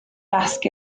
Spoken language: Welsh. dasg